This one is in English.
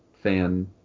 fan